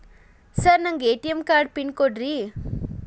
Sir ನನಗೆ ATM card pin ಕೊಡ್ರಿ?